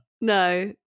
No